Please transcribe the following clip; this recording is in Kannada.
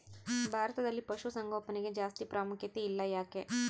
ಭಾರತದಲ್ಲಿ ಪಶುಸಾಂಗೋಪನೆಗೆ ಜಾಸ್ತಿ ಪ್ರಾಮುಖ್ಯತೆ ಇಲ್ಲ ಯಾಕೆ?